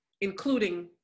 including